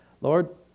Lord